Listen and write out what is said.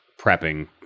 prepping